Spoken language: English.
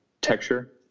texture